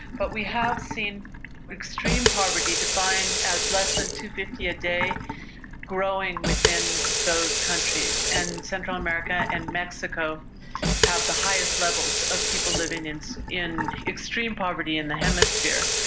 but we have seen extreme poverty defined as less than two dollars. fifty a day growing within those countries. and central america and mexico have the highest levels of people living in so in extreme poverty in the hemisphere,